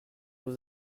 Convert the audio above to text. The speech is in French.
vous